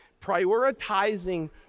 Prioritizing